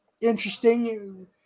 interesting